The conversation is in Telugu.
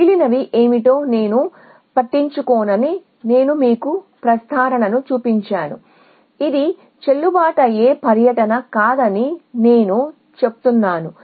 మిగిలినవి ఏమిటో నేను పట్టించుకోనని నేను మీకు ప్రస్తారణను చూపించాను ఇది చెల్లుబాటు అయ్యే పర్యటన కాదని నేను చెప్తున్నాను